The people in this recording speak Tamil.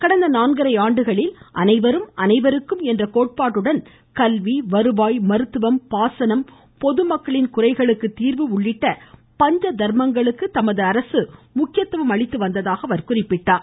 கடந்த நான்கரை ஆண்டுகளில் அனைவரும் அனைவருக்கும் என்ற கோட்பாடுடன் கல்வி வருவாய் மருத்துவம் பாசனம் பொதுமக்களின் குறைகளுக்கு தீர்வு உள்ளிட்ட பஞ்ச தர்மங்களுக்கு தமது அரசு முக்கியத்துவம் அளித்ததாக குறிப்பிட்டார்